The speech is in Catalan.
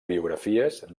biografies